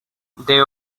they